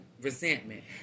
resentment